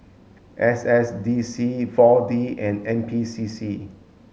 S S D C four D and N P C C